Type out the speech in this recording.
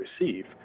receive